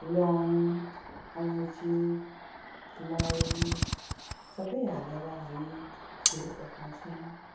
ल्वाङ अलैँची मरिच सब हालेर हामी खिर पकाउँछौँ